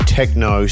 techno